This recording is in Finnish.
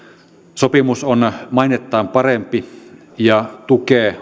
sopimus on mainettaan parempi ja tukee